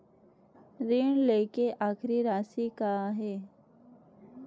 ऋण लेके आखिरी राशि का हे?